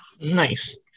Nice